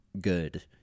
good